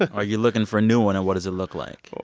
ah are you looking for a new one, and what does it look like.